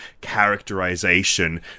characterization